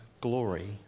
glory